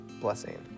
blessing